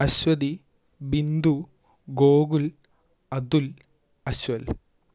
Aswathy Bindu Gokul Athul Ashway